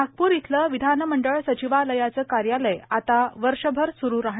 नागपूर इथलं विधानमंडळ सचिवालयाचं कार्यालय आता वर्षभर सुरू राहणार